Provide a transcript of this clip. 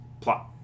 plot